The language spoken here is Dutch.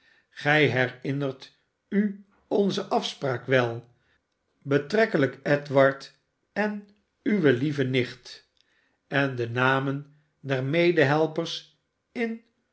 gij herinnert u onze afspraak wel betrekkelijk edward en uwe lieve nicht en de namen der medehelpers in